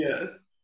Yes